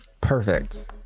Perfect